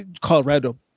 Colorado